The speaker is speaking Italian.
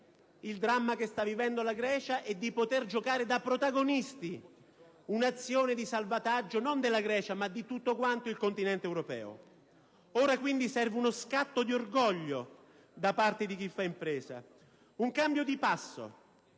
il dramma che sta vivendo la Grecia e poter giocare da protagonisti nell'azione di salvataggio, non della Grecia, ma di tutto il continente europeo. Ora, quindi, serve uno scatto di orgoglio da parte di chi fa impresa, un cambio di passo